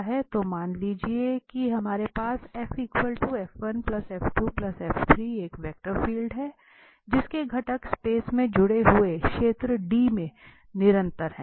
तो मान लीजिए कि हमारे पास एक वेक्टर फील्ड है जिसके घटक स्पेस में जुड़े हुए क्षेत्र D में निरंतर हैं